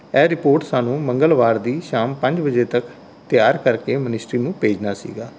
ਇਹ ਰਿਪੋਰਟ ਸਾਨੂੰ ਮੰਗਲਵਾਰ ਦੀ ਸ਼ਾਮ ਪੰਜ ਵਜੇ ਤੱਕ ਤਿਆਰ ਕਰ ਕੇ ਮਨਿਸਟਰੀ ਨੂੰ ਭੇਜਣਾ ਸੀਗਾ